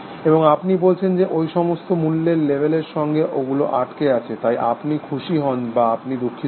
এবং আপনি বলেছেন যে ওই সমস্ত মূল্যের লেবেলের সঙ্গে ওগুলো আটকে আছে তাই আপনি খুশি হন বা আপনি দুঃখিত হন